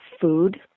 food